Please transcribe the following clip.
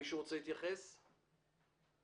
מישהו רוצה להתייחס לסעיף (2)?